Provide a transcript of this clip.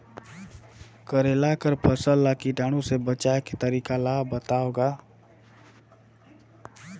करेला कर फसल ल कीटाणु से बचाय के तरीका ला बताव ग?